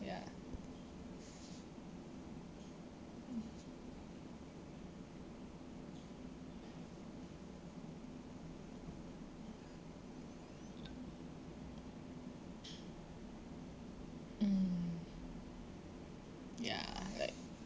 ya mm ya like